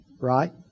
right